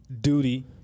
duty